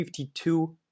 52